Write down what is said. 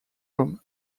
room